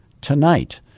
tonight